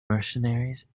mercenaries